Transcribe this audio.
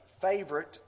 favorite